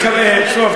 טוב,